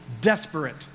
desperate